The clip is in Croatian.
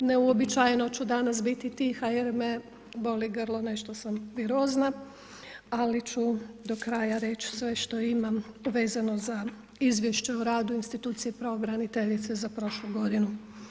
Neuobičajeno ću danas biti tih jer me boli grlo, nešto sam virozna, ali ću do kraja reći sve što imam vezano za izvješće o radu institucije pravobraniteljice za prošlu godinu.